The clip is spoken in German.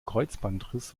kreuzbandriss